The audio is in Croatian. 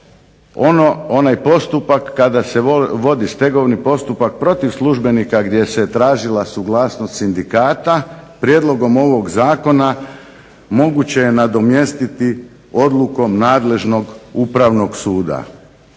onaj postupak kada se vodi stegovni postupak protiv službenika gdje se tražila suglasnost sindikata, prijedlogom ovog zakona moguće je nadomjestiti odlukom nadležnog upravnog suda.